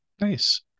Nice